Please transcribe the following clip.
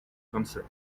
concert